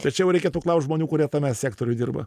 tai čia jau reikėtų klaust žmonių kurie tame sektoriuj dirba